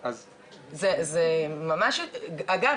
אגב,